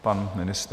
Pan ministr.